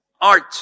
art